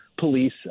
police